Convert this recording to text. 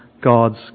God's